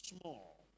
small